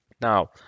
now